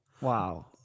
Wow